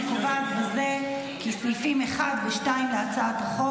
אני קובעת בזה כי סעיפים 1 ו-2 להצעת החוק,